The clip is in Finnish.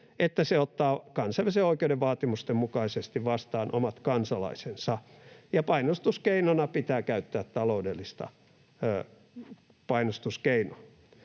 että se ottaa kansainvälisen oikeuden vaatimusten mukaisesti vastaan omat kansalaisensa, ja painostuskeinona pitää käyttää taloudellista painostuskeinoa.